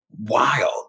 wild